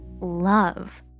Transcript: love